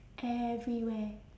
everywhere